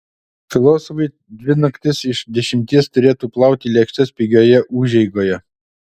filosofai dvi naktis iš dešimties turėtų plauti lėkštes pigioje užeigoje